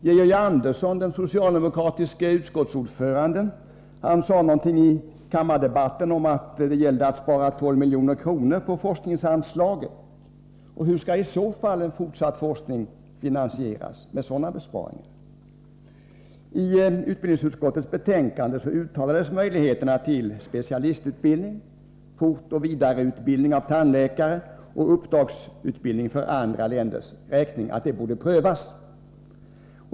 Georg Andersson, den socialdemokratiske ordföranden i utbildningsutskottet, antydde i kammardebatten att det gällde att spara 12 milj.kr. på forskningsanslaget. Hur skall med sådana besparingar fortsatt forskning finansieras? I utbildningsutskottets betänkande uttalas att möjligheterna till specialistutbildning och vidareutbildning av tandläkare samt uppdragsutbildning för andra länders räkning borde prövas.